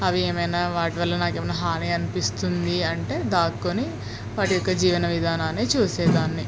అవి ఏమైనా వాటి వల్ల నాకేమైనా హాని అనిపిస్తుంది అంటే దాక్కుని వాటి యొక్క జీవన విధానాన్ని చూసేదాన్ని